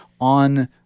on